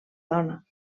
dona